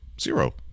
Zero